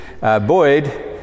Boyd